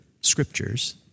scriptures